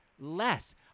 less